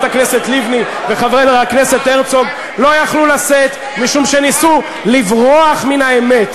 הכנסת לבני וחבר הכנסת הרצוג לא יכלו לשאת משום שניסו לברוח מן האמת.